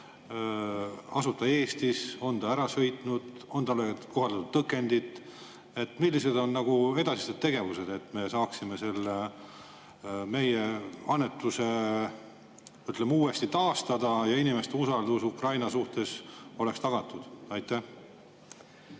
Asub ta Eestis, on ta ära sõitnud, on talle kohaldatud tõkendit? Millised on edasised tegevused, et me saaksime selle meie annetuse, ütleme, uuesti taastada ja inimeste usaldus Ukraina suhtes oleks tagatud? Aitäh